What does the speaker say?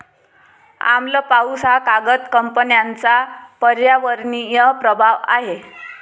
आम्ल पाऊस हा कागद कंपन्यांचा पर्यावरणीय प्रभाव आहे